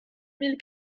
mille